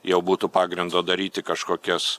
jau būtų pagrindo daryti kažkokias